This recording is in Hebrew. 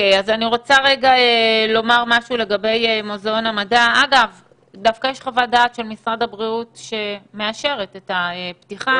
אז אומר משהו בנושא: יש חוות דעת של משרד הבריאות שמאשרת את הפתיחה.